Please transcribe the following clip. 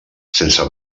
sense